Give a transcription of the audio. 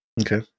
Okay